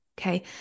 Okay